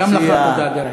גם לך תודה, דרעי.